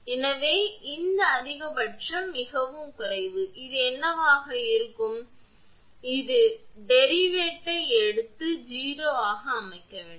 எனவே இந்த அதிகபட்சம் மிகக் குறைவு இது என்னவாக இருக்கும் இதன் டெரிவேட்டை எடுத்து 0 ஆக அமைக்க வேண்டும்